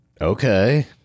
Okay